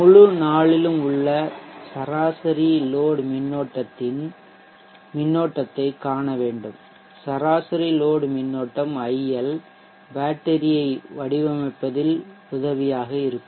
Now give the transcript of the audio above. முழு நாளிலும் உள்ளள சராசரி லோட் மின்னோட்டத்தைக் காண வேண்டும் சராசரி லோட் மின்னோட்டம் IL பேட்டரியை வடிவமைப்பதில் உதவியாக இருக்கும்